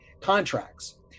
contracts